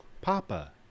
papa